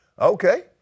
Okay